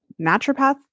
naturopath